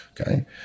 Okay